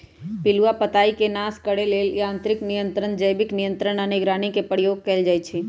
पिलुआ पताईके नाश करे लेल यांत्रिक नियंत्रण, जैविक नियंत्रण आऽ निगरानी के प्रयोग कएल जाइ छइ